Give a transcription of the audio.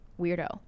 weirdo